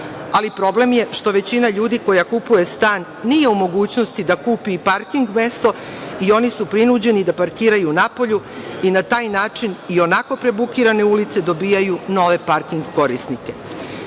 Problem je što većina ljudi koja kupuje stan nije u mogućnosti da kupi i parking mesto i oni su prinuđeni da parkiraju napolju i na taj način ionako prebukirane ulice dobijaju nove parking korisnike. Svesni